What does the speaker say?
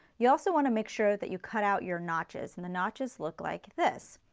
you also want to make sure that you cut out your notches and the notches look like this.